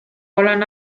olen